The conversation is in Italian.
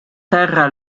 terra